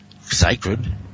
Sacred